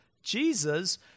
Jesus